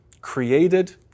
created